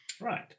Right